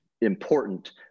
important